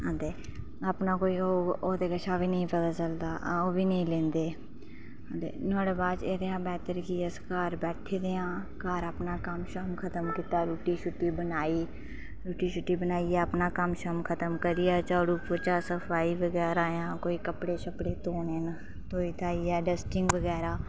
हां ते अपना कोई होग ओहदे कशा बी नेईं पता चलदा ओ ह्बी नेईं लेंदे नुआढ़े बाद च एहदे कशा बेहतर इयै ऐ कि अस घर बेठे दे आं घर अपना कम्म शम्म खत्म कीता रुट्टी शुट्टी बनाई रुट्टी शुट्टी बनाइयै अपना कम्म शम खत्म करिये चाडू पोचा साफ सफाई बगैरा कोई कपड़े शपड़े धोने न धोई धाइयै डस्टिंग बगैरा